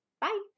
Bye